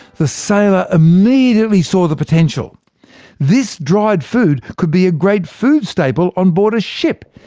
the sailor immediately saw the potential this dried food could be a great food staple onboard a ship.